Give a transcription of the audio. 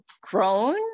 grown